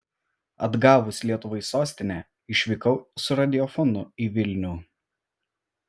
atgavus lietuvai sostinę išvykau su radiofonu į vilnių